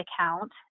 account